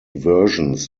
versions